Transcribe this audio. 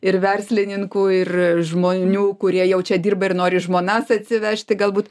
ir verslininkų ir žmonių kurie jaučia dirba ir nori žmonas atsivežti galbūt